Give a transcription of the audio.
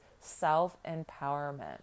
self-empowerment